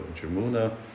Jamuna